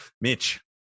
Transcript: Mitch